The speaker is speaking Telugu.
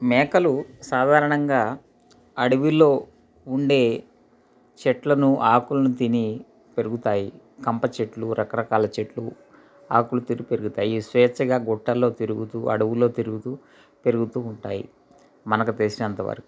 మేకలు సాధారణంగా అడవిలో ఉండే చెట్లను ఆకులను తిని పెరుగుతాయి కంప చెట్లు రకరకాల చెట్లు ఆకులు తిని పెరుగుతాయి ఇయి స్వేచ్ఛగా గుట్టల్లో తిరుగుతూ అడవులో తిరుగుతూ పెరుగుతూ ఉంటాయి మనకు తెసినంత వరకు